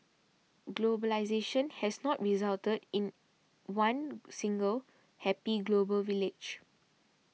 globalisation has not resulted in one single happy global village